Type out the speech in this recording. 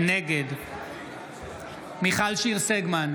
נגד מיכל שיר סגמן,